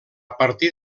partir